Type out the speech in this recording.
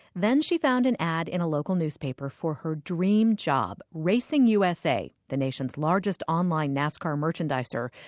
then she found an ad in a local newspaper for her dream job racing usa, the nation's largest online nascar merchandiser,